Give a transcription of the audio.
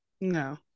no